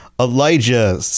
Elijah